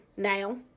Now